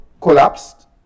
collapsed